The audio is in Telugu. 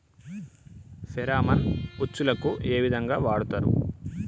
ఫెరామన్ ఉచ్చులకు ఏ విధంగా వాడుతరు?